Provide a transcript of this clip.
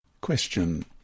Question